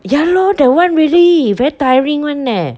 ya lor that [one] really very tiring one eh